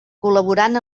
col·laborant